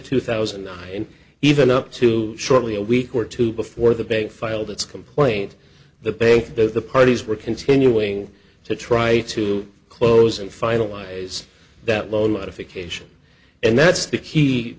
two thousand and nine in even up to shortly a week or two before the bank filed its complaint the bank that the parties were continuing to try to close and finalize that loan modification and that's the key